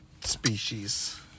species